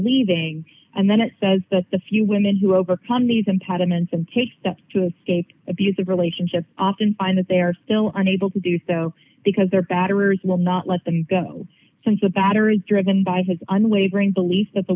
leaving and then it says that the few women who overcome these impediments and take steps to make abusive relationships often find that they are still unable to do so because their batterers will not let them go since the batter is driven by his unwavering belief that the